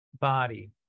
body